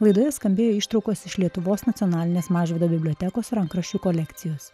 laidoje skambėjo ištraukos iš lietuvos nacionalinės mažvydo bibliotekos rankraščių kolekcijos